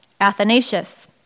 Athanasius